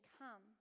come